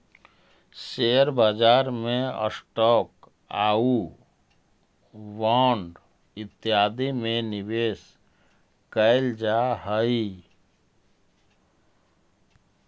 share बाजार में stock आउ बांड इत्यादि में निवेश कैल जा हई